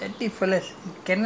other countries they can